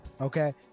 okay